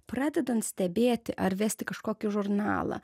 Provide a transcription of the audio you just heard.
pradedant stebėti ar vesti kažkokį žurnalą